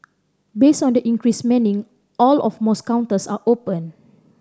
based on the increased manning all of most counters are open